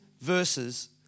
verses